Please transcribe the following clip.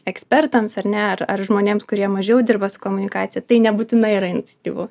ekspertams ar ne ar ar žmonėms kurie mažiau dirba su komunikacija tai nebūtinai yra iniciatyvu